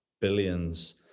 billions